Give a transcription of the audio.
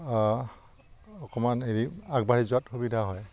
অকণমান হেৰি আগবাঢ়ি যোৱাত সুবিধা হয়